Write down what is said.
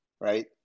right